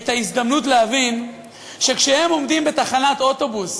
את ההזדמנות להבין שכשהם עומדים בתחנת אוטובוס